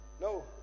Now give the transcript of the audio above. no